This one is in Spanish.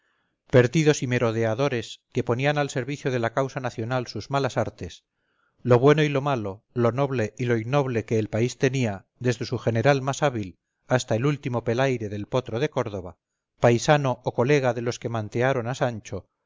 perdidos y merodeadores que ponían al servicio de la causa nacional sus malas artes lo bueno y lo malo lo noble y lo innoble que el país tenía desde su general más hábil hasta el último pelaire del potro de córdoba paisano y colega de los que mantearon a sancho